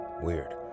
weird